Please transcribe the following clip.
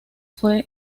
fue